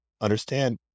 understand